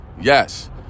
Yes